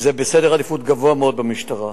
זה בעדיפות גבוהה מאוד במשטרה.